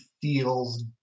feels